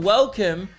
Welcome